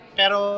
pero